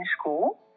school